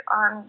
on